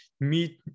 meet